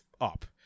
up